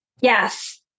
Yes